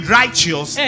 righteous